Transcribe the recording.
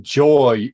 joy